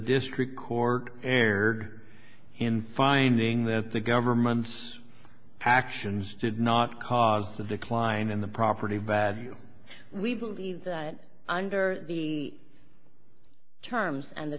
district court erred in finding that the government's actions did not cause the decline in the property bad we believe that under the terms and the